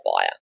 buyer